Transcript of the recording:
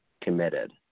committed